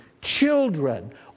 children